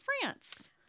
France